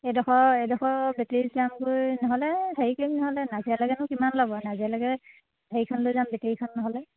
এডোখৰ এডোখৰ বেটেৰীত যামগৈ নহ'লে হেৰি কৰিম নহ'লে নাজিৰালৈকেনো কিমান ল'ব নাজিৰালৈকে হেৰিখন লৈ যাম বেটেৰীখন নহ'লে